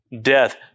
death